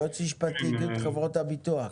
יועץ משפטי, איגוד חברות הביטוח.